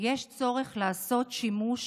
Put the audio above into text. יש צורך לעשות שימוש